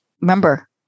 remember